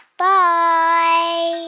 bye